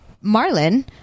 Marlin